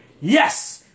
yes